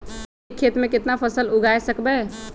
एक खेत मे केतना फसल उगाय सकबै?